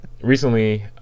recently